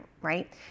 right